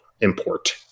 import